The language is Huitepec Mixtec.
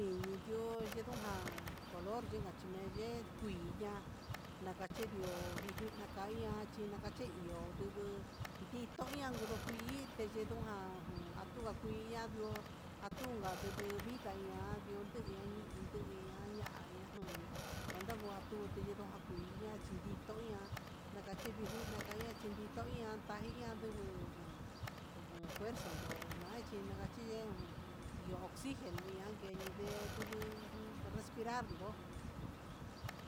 Ndinitio yenduján color yikameye kuiña nakachendió viju naka iha chi nakache iho ndunguu nditoña nduguu kuii ndeyedon ján ajan nonakui ña'a ndió atunga nduguu vida ta ihan yutuni ñi'i intuña ñaña juñi'i cuanta ngatuti yendun akuin kachi ndindo hí iha nakachi ni juina ya chindauña ndajijian nduguu ujun fuerza no'o nachi nakachen iho oxigeno ihan guee nde ndu jun respiral ndo'o.